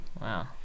Wow